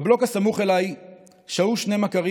בבלוק הסמוך אליי שהו שני מכרים,